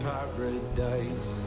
Paradise